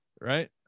Right